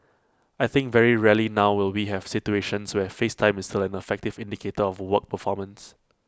I think very rarely now will we have situations where face time is still an effective indicator of work performance